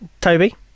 Toby